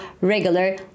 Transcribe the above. regular